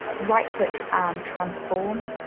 right-click and transform,